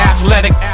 Athletic